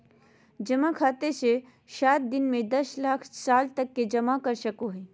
जमा खाते मे सात दिन से दस साल तक जमा कर सको हइ